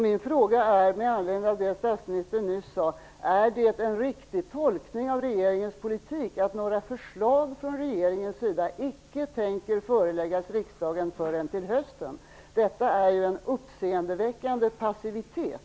Min fråga är, med anledning av det statsministern nyss sade, följande: Är det en riktig tolkning av regeringens politik att några förslag från regeringens sida icke kommer att föreläggas riksdagen förrän till hösten? Detta är en uppseendeväckande passivitet.